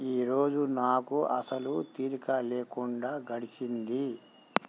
ఈరోజు నాకు అసలు తీరిక లేకుండా గడిచింది